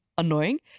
annoying